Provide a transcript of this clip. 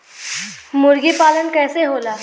मुर्गी पालन कैसे होला?